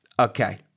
Okay